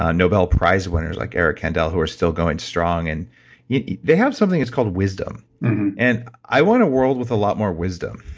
nobel prize winners like eric kandel who are still going strong and yeah they have something that's called wisdom and i want a world with a lot more wisdom.